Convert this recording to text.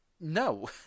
no